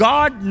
God